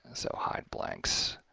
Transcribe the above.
so hideblanks,